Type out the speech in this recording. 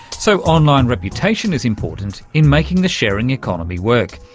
so online reputation is important in making the sharing economy work.